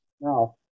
Now